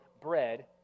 bread